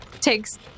takes